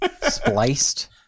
spliced